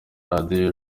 radiyo